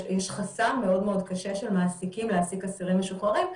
יש חסם מאוד מאוד קשה של מעסיקים להעסיק אסירים משוחררים,